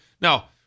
Now